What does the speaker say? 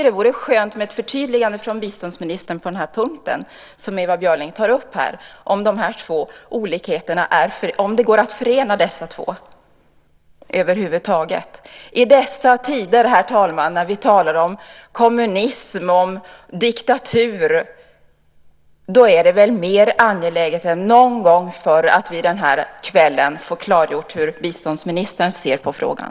Det vore skönt med ett förtydligande från biståndsministern på den punkt som Ewa Björling tar upp, alltså om det över huvud taget går att förena de två olika anvisningarna. I dessa tider, herr talman, när vi talar om kommunism och om diktatur är det väl angelägnare än någonsin att vi denna kväll får klargjort hur biståndsministern ser på frågan.